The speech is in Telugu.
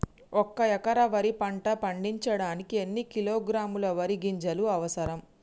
ఒక్క ఎకరా వరి పంట పండించడానికి ఎన్ని కిలోగ్రాముల వరి గింజలు అవసరం?